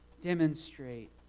demonstrate